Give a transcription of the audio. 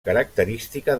característica